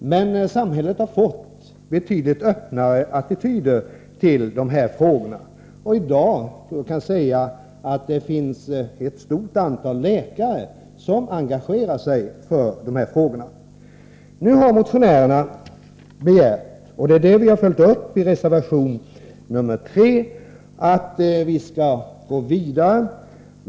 Men samhället har fått en betydligt öppnare attityd till dessa frågor. I dag engagerar sig ett stort antal läkare för dessa metoder. Motionärerna har begärt — och detta har vi följt upp i reservation 3 — att man nu skall gå vidare.